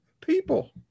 people